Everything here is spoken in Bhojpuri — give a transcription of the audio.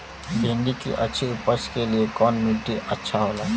भिंडी की अच्छी उपज के लिए कवन मिट्टी अच्छा होला?